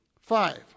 Five